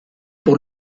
pour